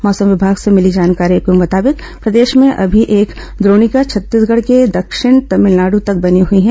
मौसम विमाग से मिली जानकारी के मुताबिक प्रदेश में अभी एक द्रोणिका छत्तीसगढ़ से दक्षिण तमिलनाडु तक बनी हुई है